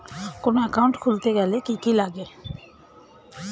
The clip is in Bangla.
কোন একাউন্ট খুলতে গেলে কি কি লাগে?